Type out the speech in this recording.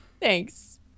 thanks